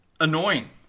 annoying